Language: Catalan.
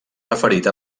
referit